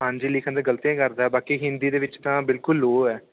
ਹਾਂਜੀ ਲਿਖਣ 'ਚ ਗਲਤੀਆਂ ਕਰਦਾ ਬਾਕੀ ਹਿੰਦੀ ਦੇ ਵਿੱਚ ਤਾਂ ਬਿਲਕੁਲ ਲੋਅ ਹੈ